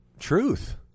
Truth